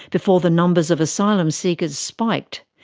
before the numbers of asylum seekers spiked.